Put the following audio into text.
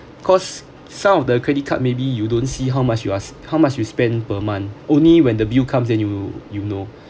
cause some of the credit card maybe you don't see how much you ask how much you spend per month only when the bill comes then you you know